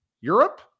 Europe